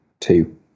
two